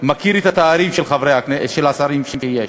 שמכיר את התארים של השרים שיש.